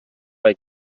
bei